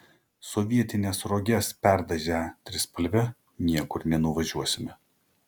sovietines roges perdažę trispalve niekur nenuvažiuosime